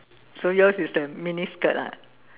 so yours is the miniskirt ah